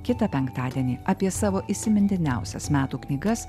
kitą penktadienį apie savo įsimintiniausias metų knygas